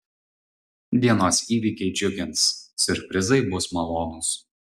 dienos įvykiai džiugins siurprizai bus malonūs